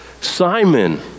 Simon